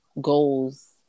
goals